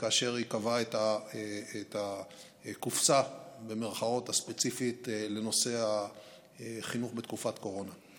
כאשר היא קבעה את ה"קופסה" הספציפית לנושא החינוך בתקופת קורונה.